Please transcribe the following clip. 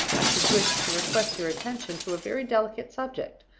i should wish to request your attention to a very delicate subject,